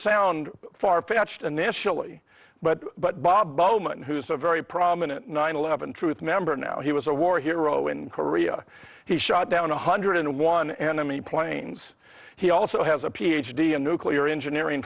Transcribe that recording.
sound far fetched initially but but bob bowman who's a very prominent nine eleven truth member now he was a war hero in korea he shot down a hundred and one enemy planes he also has a ph d in nuclear engineering